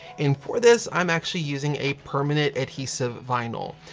and for this, i'm actually using a permanent adhesive vinyl.